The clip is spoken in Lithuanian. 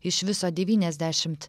iš viso devyniasdešimt